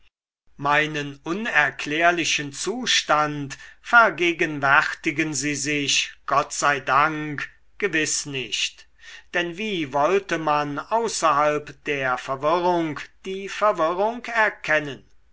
meinen unerklärlichen zustand vergegenwärtigen sie sich gott sei dank gewiß nicht denn wie wollte man außerhalb der verwirrung die verwirrung erkennen